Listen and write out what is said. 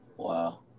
Wow